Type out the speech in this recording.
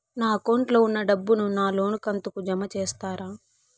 నా అకౌంట్ లో ఉన్న డబ్బును నా లోను కంతు కు జామ చేస్తారా?